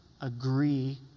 agree